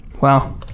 Wow